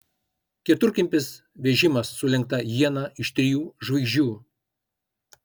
keturkampis vežimas su lenkta iena iš trijų žvaigždžių